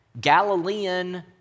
Galilean